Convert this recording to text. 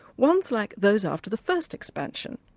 ones like those after the first expansion.